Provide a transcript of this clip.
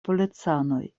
policanoj